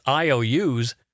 IOUs